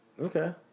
Okay